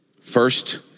First